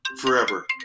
forever